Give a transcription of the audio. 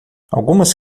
algumas